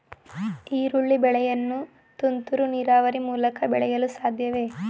ಈರುಳ್ಳಿ ಬೆಳೆಯನ್ನು ತುಂತುರು ನೀರಾವರಿ ಮೂಲಕ ಬೆಳೆಸಲು ಸಾಧ್ಯವೇ?